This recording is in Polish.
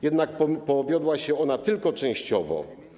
Jednak powiodła się ona tylko częściowo.